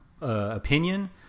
opinion